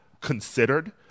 considered